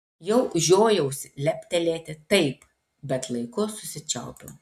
jau žiojausi leptelėti taip bet laiku susičiaupiau